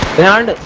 beyond